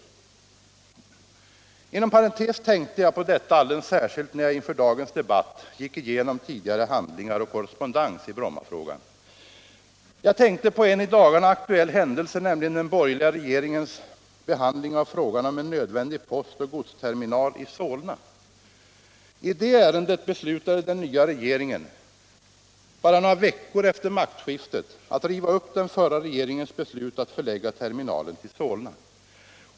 Inom parentes tänkte jag på detta alldeles särskilt när jag inför dagens debatt gick igenom tidigare handlingar och korrespondens i Brommafrågan. Jag tänkte på en i dagarna aktuell händelse, nämligen den borgerliga regeringens behandling av frågan om en nödvändig post och godsterminal i Solna. I det ärendet beslutade den nya regeringen bara några veckor efter maktskiftet att riva upp den förra regeringens beslut att förlägga terminalen till Solna.